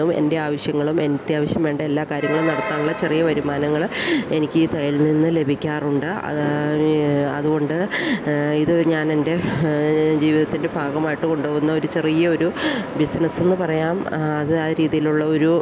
എൻ്റെ ആവശ്യങ്ങളും എന്ത് അത്യാവശ്യം വേണ്ട എല്ലാ കാര്യങ്ങളും നടത്താനുള്ള ചെറിയ വരുമാനങ്ങൾ എനിക്ക് ഈ തയ്യലിൽ നിന്നും ലഭിക്കാറുണ്ട് അത് അതുകൊണ്ട് ഇത് ഞാൻ എൻ്റെ ജീവിതത്തിൻ്റെ ഭാഗമായിട്ട് കൊണ്ടു പോകുന്നൊരു ചെറിയൊരു ബിസിനെസ്സ്ന്ന് പറയാം അത് ആ രീതിയിലുള്ള ഒരു